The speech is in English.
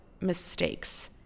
mistakes